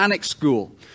School